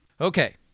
Okay